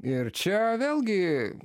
ir čia vėlgi